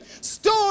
stone